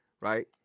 Right